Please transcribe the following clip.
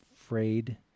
afraid